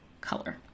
color